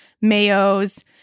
mayos